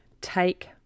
take